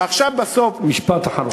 ועכשיו, בסוף, משפט אחרון.